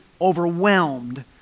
overwhelmed